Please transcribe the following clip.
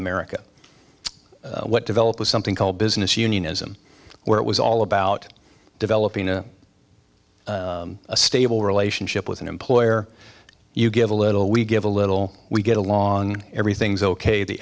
america what developed was something called business unionism where it was all about developing a stable relationship with an employer you give a little we give a little we get along everything's ok the